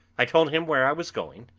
i told him where i was going,